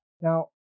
Now